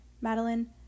madeline